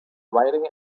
riding